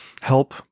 help